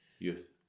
Youth